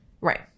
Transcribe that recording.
Right